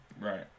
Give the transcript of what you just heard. right